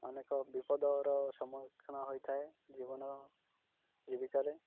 ଅନେକ ବିପଦର ସମ୍ମୁଖୀନ ହୋଇଥାଏ ଜୀବନ ଜୀବିକାରେ